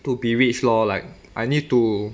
to be rich lor like I need to